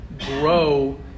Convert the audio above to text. grow